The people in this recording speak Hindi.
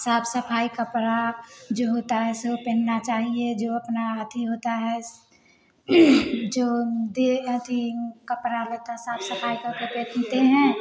साफ सफाई कपड़ा जो होता है सो पहनना चाहिए जो अपना अथी होता है जो दे अथी ऊ कपड़ा लत्ता साफ सफाई करके